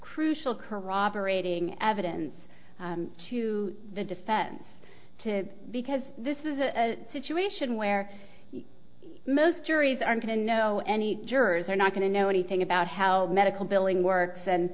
crucial corroborating evidence to the defense to because this is a situation where most juries are going to know any jurors are not going to know anything about how medical billing works and